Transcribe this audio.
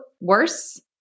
worse